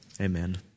Amen